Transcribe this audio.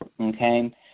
okay